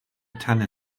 tanne